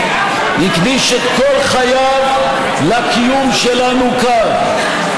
הקדיש את כל חייו לקיום שלנו כאן?